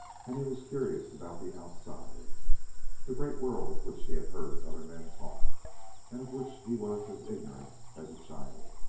and he was curious about the outside the great world of which he had heard other men talk and of which he was as ignorant as a child.